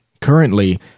Currently